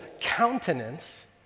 countenance